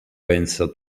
pensa